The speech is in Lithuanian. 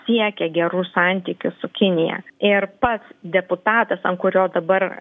siekia gerų santykių su kinija ir pats deputatas ant kurio dabar